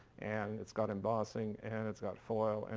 and it's got embossing, and it's got foil, and